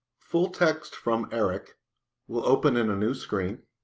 full text from eric will open and a new screen